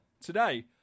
today